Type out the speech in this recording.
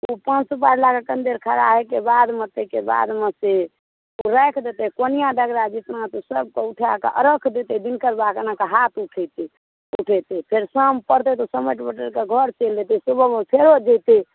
ओ पान सुपाड़ी लऽ कऽ कनि देर खड़ा होइ छै बादमे तै के बाद मे से राखि देते कोनिया डगरा जते हेतै सभके उठा कऽ अर्घ्य देतै ओकर बाद एनाकऽ हाथ उठै छै फेर साँझ पड़तै तऽ समेट उमेटकऽ घर चलि एतै सुबहमे फेरो जे जेतै